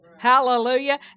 Hallelujah